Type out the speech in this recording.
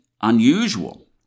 unusual